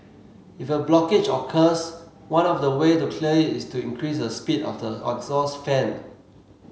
if a blockage occurs one of the way to clear it is to increase the speed of the exhaust fan